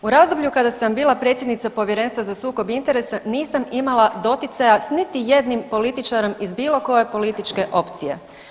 U razdoblju kada sam bila predsjednica Povjerenstva za sukob interesa nisam imala doticaja s niti jednim političarem iz bilo koje političke opcije.